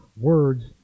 words